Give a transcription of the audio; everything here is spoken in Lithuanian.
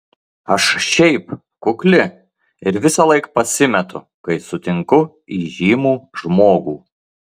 aš šiaip kukli ir visąlaik pasimetu kai sutinku įžymų žmogų